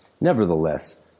Nevertheless